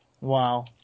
Wow